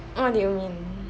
what do you mean